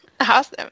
Awesome